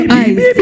eyes